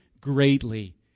greatly